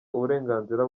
uburenganzira